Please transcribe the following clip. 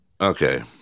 Okay